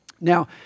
Now